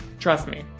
trust me.